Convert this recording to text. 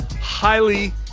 highly